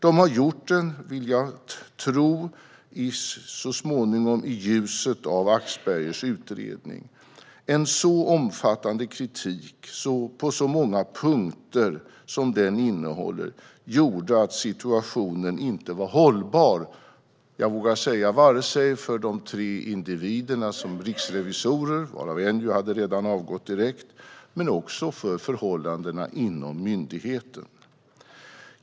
De har gjort det, vill jag tro, så småningom i ljuset av Axbergers utredning. En så omfattande kritik på så många punkter som den innehåller gjorde att situationen inte var hållbar vare sig för de tre individerna som riksrevisorer - varav en ju redan hade avgått direkt - eller för förhållandena inom myndigheten.